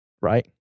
right